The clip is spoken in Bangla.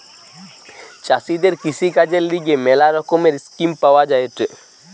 চাষীদের কৃষিকাজের লিগে ম্যালা রকমের স্কিম পাওয়া যায়েটে